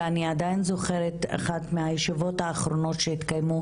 ואני עדיין זוכרת אחת מהישיבות האחרונות שהתקיימות